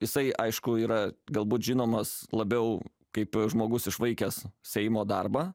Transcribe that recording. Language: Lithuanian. jisai aišku yra galbūt žinomas labiau kaip žmogus išvaikęs seimo darbą